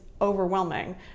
overwhelming